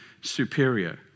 superior